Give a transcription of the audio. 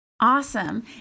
Awesome